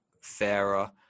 fairer